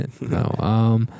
No